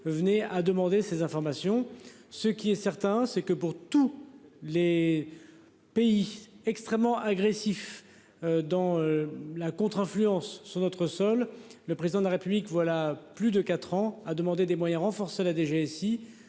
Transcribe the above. venait à demander ces informations. Ce qui est certain c'est que pour tous les. Pays extrêmement agressif. Dans la contre-influence sur notre sol. Le président de la République. Voilà plus de 4 ans a demandé des moyens renforcés. La DGSI